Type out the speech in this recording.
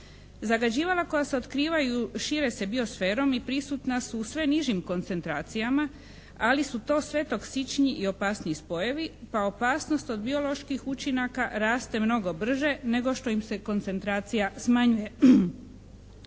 Zagađivanja koja se otkrivaju šire se biosferom i prisutna su u sve nižim koncentracijama, ali su to sve toksičniji i opasniji spojevi pa opasnost od bioloških učinaka raste mnogo brže nego što im se koncentracija smanjuje.